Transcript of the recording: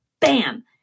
Bam